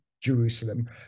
Jerusalem